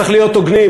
צריך להיות הוגנים,